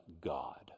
God